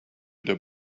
their